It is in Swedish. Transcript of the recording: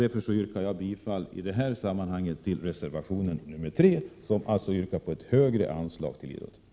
Därför yrkar jag i detta sammanhang bifall till reservation 3, där vi föreslår ett högre anslag till idrotten.